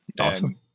Awesome